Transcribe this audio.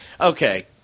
Okay